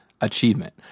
achievement